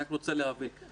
אני רק רוצה להבין,